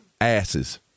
asses